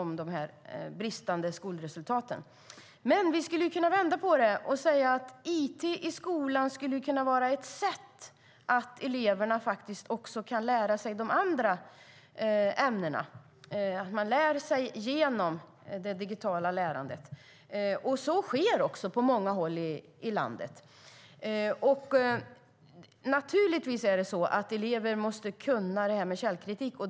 Men låt oss vända på det och säga att it i skolan skulle kunna vara ett sätt för eleverna att lära sig också de andra ämnena. De kan lära sig genom det digitala lärandet, och så sker på många håll i landet. Givetvis måste elever vara källkritiska.